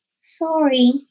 Sorry